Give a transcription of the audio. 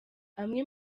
amwe